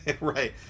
right